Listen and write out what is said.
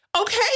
okay